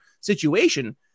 situation